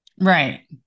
right